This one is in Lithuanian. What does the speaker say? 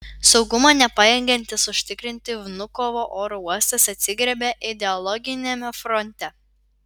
saugumo nepajėgiantis užtikrinti vnukovo oro uostas atsigriebia ideologiniame fronte